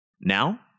Now